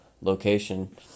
location